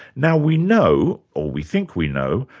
now we know, or we think we know,